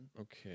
Okay